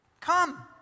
Come